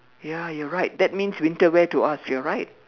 ya you are right that means winter wear to us you're right